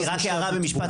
קינלי, רק הערה ומשפט.